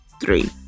three